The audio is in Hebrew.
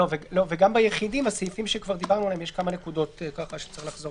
לא, וגם ביחידים יש כמה נקודות עליהן צריכים לחזור